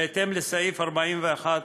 בהתאם לסעיף 41(1)